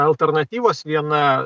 alternatyvos viena